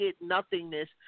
nothingness